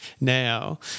now